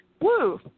woo